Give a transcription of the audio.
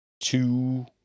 two